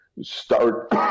start